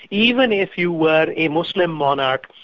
even if you were a muslim monarch,